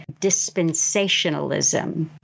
dispensationalism